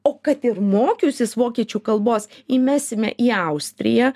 o kad ir mokiusius vokiečių kalbos įmesime į austriją